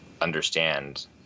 understand